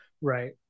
Right